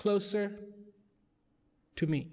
closer to me